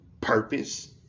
purpose